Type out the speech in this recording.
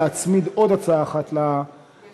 להצמיד עוד הצעה אחת לכך,